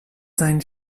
sein